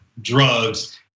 drugs